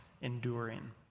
enduring